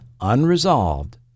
unresolved